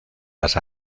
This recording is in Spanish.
las